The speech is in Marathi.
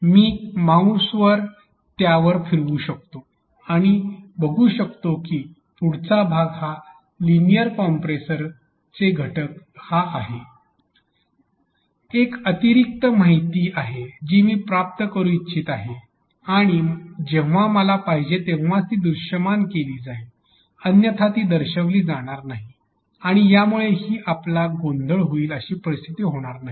मी त्यावर माउस फिरवू शकतो आणि बघू शकतो की पुढचा भाग हा लिनियर कॉम्प्रेसर चे घटक हा आहे ही एक अतिरिक्त माहिती आहे जी मी प्राप्त करू इच्छित आहे आणि जेव्हा मला पाहिजे तेव्हाच ती दृश्यमान केली जाईल आणि अन्यथा ती दर्शविली जाणार नाही आणि यामुळे ही आपला गोंधळ होईल अशी स्थिती होणार नाही